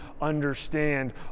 understand